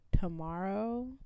Tomorrow